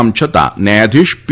આમ છતાં ન્યાયાધીશ પી